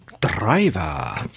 Driver